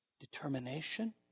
Determination